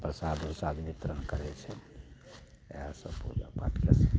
प्रसाद उरसाद वितरण करय छै सेएह सब पूजा पाठ कए